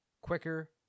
quicker